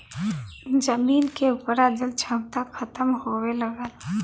जमीन के उपराजल क्षमता खतम होए लगल